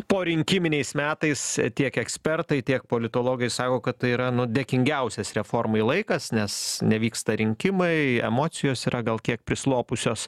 porinkiminiais metais tiek ekspertai tiek politologai sako kad tai yra dėkingiausias reformai laikas nes nevyksta rinkimai emocijos yra gal kiek prislopusios